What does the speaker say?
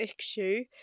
issue